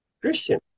Christian